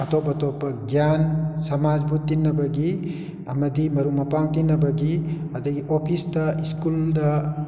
ꯑꯇꯣꯞ ꯑꯇꯣꯞꯄ ꯒ꯭ꯌꯥꯟ ꯁꯃꯥꯖꯄꯨ ꯇꯤꯟꯅꯕꯒꯤ ꯑꯃꯗꯤ ꯃꯔꯨꯞ ꯃꯄꯥꯡ ꯇꯤꯟꯅꯕꯒꯤ ꯑꯗꯩ ꯑꯣꯐꯤꯁꯇ ꯁ꯭ꯀꯨꯜꯗ